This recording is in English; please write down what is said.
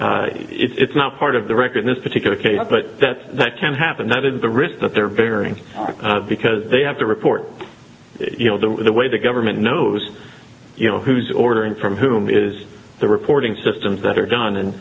here it's not part of the record in this particular case but that that can happen not in the risk that they're very because they have to report you know the way the government knows you know who's ordering from whom is the reporting systems that are done and